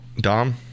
Dom